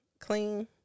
clean